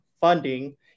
funding